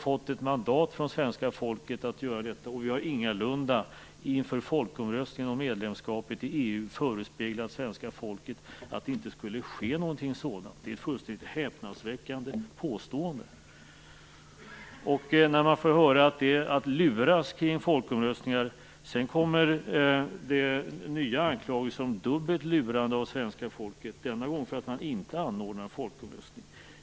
Vi fick ett mandat från svenska folket att göra detta, och vi har ingalunda inför folkomröstningen om medlemskapet i EU förespeglat svenska folket att det inte skulle ske någonting sådant. Det är ett fullständigt häpnadsväckande påstående. Och inte nog med att man får höra att man luras i samband med folkomröstningar; det kommer nya anklagelser om dubbelt lurande av svenska folket - denna gång för att man inte anordnar folkomröstning.